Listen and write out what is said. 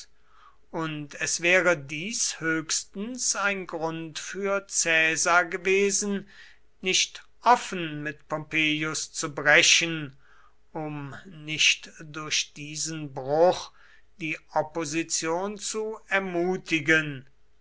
und es wäre dies höchstens ein grund für caesar gewesen nicht offen mit pompeius zu brechen um nicht durch diesen bruch die opposition zu ermutigen